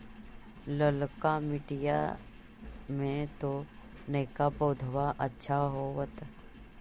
ललका मिटीया मे तो नयका पौधबा अच्छा होबत?